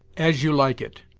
as you like it,